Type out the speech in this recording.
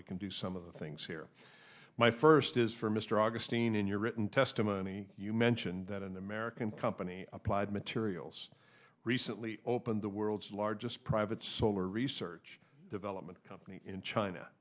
we can do some of the things here my first is for mr augustine in your written testimony you mentioned that an american company applied materials recently opened the world's largest private solar research development company in china